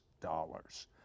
dollars